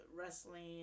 wrestling